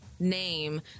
Name